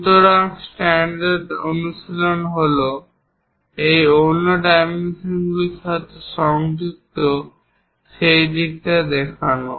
সুতরাং স্ট্যান্ডার্ড অনুশীলন হল এই অন্য ডাইমেনশনর সাথে সংযুক্ত সেই দিকে এটি দেখানো